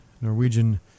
Norwegian